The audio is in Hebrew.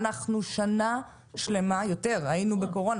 אנחנו שנה שלמה ויותר היינו בקורונה.